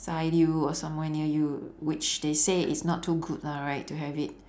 ~side you or somewhere near you which they say is not too good lah right to have it